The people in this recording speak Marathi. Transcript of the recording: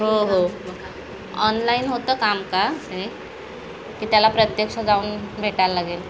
हो हो ऑनलाईन होतं काम का हे की त्याला प्रत्यक्ष जाऊन भेटायला लागेल